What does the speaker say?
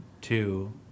two